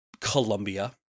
Colombia